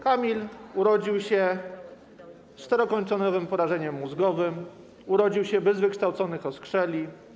Kamil urodził się z czterokończynowym porażeniem mózgowym, urodził się bez wykształconych oskrzeli.